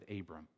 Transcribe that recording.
Abram